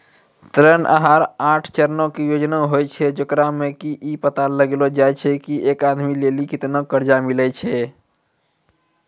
ऋण आहार आठ चरणो के योजना होय छै, जेकरा मे कि इ पता लगैलो जाय छै की एक आदमी लेली केतना कर्जा मिलै छै